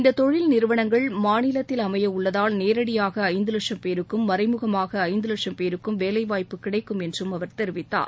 இந்த தொழில் நிறுவனங்கள் மாநிலத்தில் அமைய உள்ளதால் நேரடியாக ஐந்து லட்சம் பேருக்கும் மறைமுகமாக ஐந்து வட்சும் பேருக்கும் வேலைவாய்ப்பு கிடைக்கும் என்றும் அவர் தெரிவித்தார்